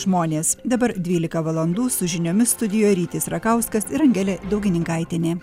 žmonės dabar dvylika valandų su žiniomis studijo rytis rakauskas ir angelė daugininkaitienė